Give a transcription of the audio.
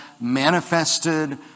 manifested